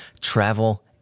travel